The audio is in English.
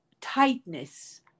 tightness